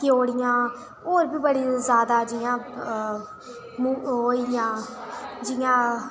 कयोलियां होर बी बड़ियां जैदा जि'यां ओह् होइया जि'यां